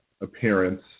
appearance